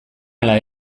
ala